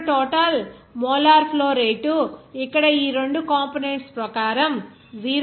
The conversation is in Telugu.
ఇప్పుడు టోటల్ మోలార్ ఫ్లో రేటు ఇక్కడ ఈ రెండు కంపోనెంట్స్ ప్రకారం 0